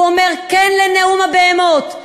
אומר: כן לנאום הבהמות,